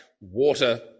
water